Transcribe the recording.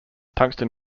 tungsten